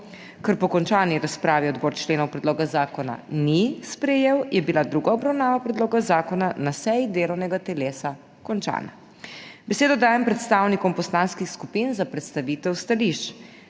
Ker po končani razpravi odbor členov predloga zakona ni sprejel, je bila druga obravnava predloga zakona na seji delovnega telesa končana. Besedo dajem predstavnikom poslanskih skupin za predstavitev stališč.